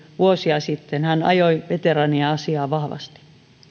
vuosia sitten ajaneen veteraanien asiaa vahvasti